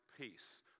peace